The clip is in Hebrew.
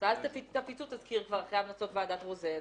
ואז תפיצו תזכיר כבר אחרי המלצות ועדת רוזן,